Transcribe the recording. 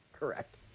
Correct